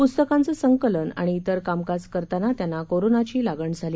पुस्तकांचं संकलन आणि तिर कामकाज करतांना त्यांना कोरोनाची लागण झाली